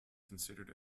considered